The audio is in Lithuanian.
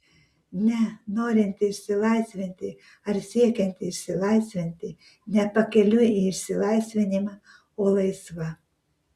ne norinti išsilaisvinti ar siekianti išsilaisvinti ne pakeliui į išsilaisvinimą o laisva